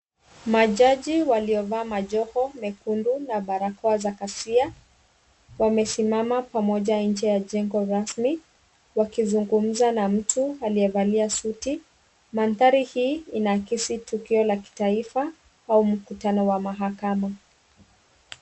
Majaji waliovaa majoho mekundu na barakoa za kasia, wamesimama pamoja nje ya jengo rasmi, wakizungumza na mtu aliyevalia suti mandhari hii inaakisi tukio la kitaifa au mkutano wa mahakama.